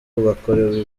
bakorewe